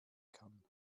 kann